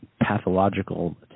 pathological